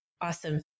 awesome